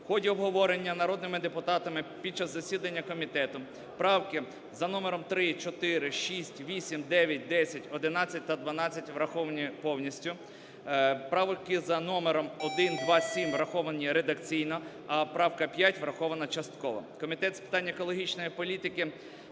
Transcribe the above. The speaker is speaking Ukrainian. В ході обговорення народними депутатами під час засідання комітету правки за номерами 3, 4, 6, 8, 9, 10, 11 та 12 враховані повністю, правки за номером 1, 2, 7 враховані редакційно, а правка 5 врахована частково. Комітет з питань екологічної політики,